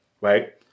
Right